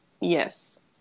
Yes